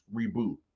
reboot